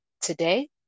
today